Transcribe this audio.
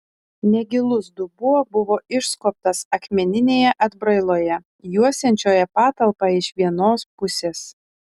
negilus dubuo buvo išskobtas akmeninėje atbrailoje juosiančioje patalpą iš vienos pusės